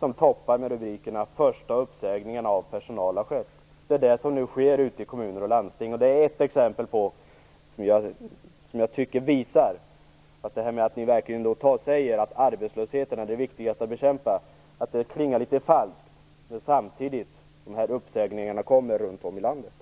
Den toppar med rubriken: Första uppsägningen av personal har skett. Detta sker nu ute i kommuner och landsting. Det är ett exempel som jag tycker visar att det här med att ni säger att arbetslösheten är det viktigaste att bekämpa klingar litet falskt när dessa uppsägningar samtidigt kommer runt om i landet.